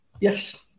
Yes